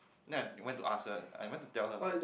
then I went to ask her I went to tell her about it